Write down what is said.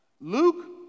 Luke